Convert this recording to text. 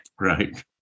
right